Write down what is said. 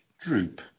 Droop